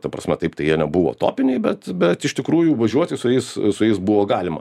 ta prasme taip tai jie nebuvo topiniai bet bet iš tikrųjų važiuoti su jais su jais buvo galima